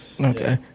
okay